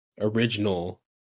original